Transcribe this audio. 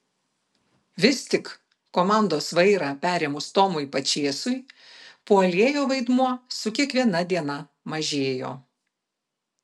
vis tik komandos vairą perėmus tomui pačėsui puolėjo vaidmuo su kiekviena diena mažėjo